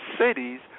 cities